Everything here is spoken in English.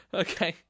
okay